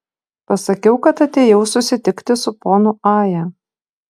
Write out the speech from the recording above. pasakiau kad atėjau susitikti su ponu aja